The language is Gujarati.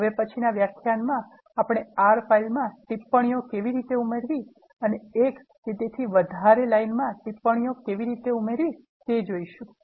હવે પછીનાં વ્યાખ્યાનમાં આપણે R ફાઇલમાં ટિપ્પણીઓ કેવી રીતે ઉમેરવી અને એક કે તેથી વધારે લાઇન મા ટિપ્પણીઓ કેવી રીતે ઉમેરવી તે જોઇશુ